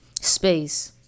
space